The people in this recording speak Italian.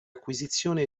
acquisizione